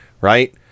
right